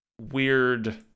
weird